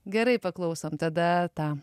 gerai paklausom tada tą